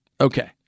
Okay